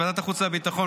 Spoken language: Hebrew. בוועדת החוץ והביטחון,